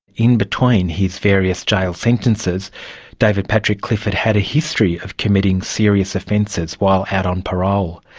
in between his various jail sentences david patrick clifford had a history of committing serious offences while out on parole.